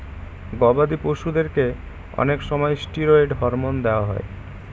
গবাদি পশুদেরকে অনেক সময় ষ্টিরয়েড হরমোন দেওয়া হয়